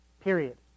Period